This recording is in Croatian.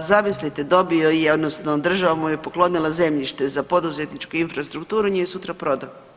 zamislite dobio je odnosno država mu je poklonila zemljište za poduzetničku infrastrukturu i on ju je sutra prodao.